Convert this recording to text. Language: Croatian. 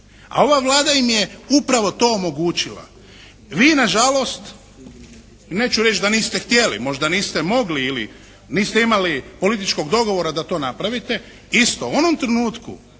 A ova Vlada im je upravo to omogućila. Vi na žalost neću reći da niste htjeli, možda niste mogli ili niste imali političkog dogovora da to napravite. Isto u onom trenutku